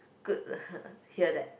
good to hear that